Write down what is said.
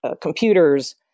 computers